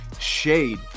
Shade